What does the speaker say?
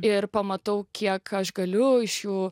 ir pamatau kiek aš galiu iš jų